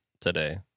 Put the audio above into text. today